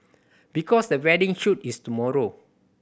because the wedding shoot is tomorrow